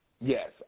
Yes